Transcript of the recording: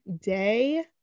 day